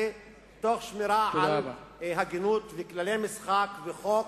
תוך שמירה על הגינות וכללי משחק וחוק,